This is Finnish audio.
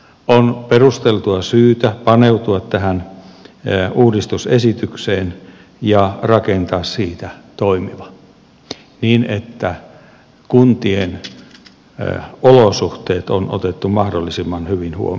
on perusteltua syytä paneutua tähän uudistusesitykseen ja rakentaa siitä toimiva niin että kuntien olosuhteet on otettu mahdollisimman hyvin huomioon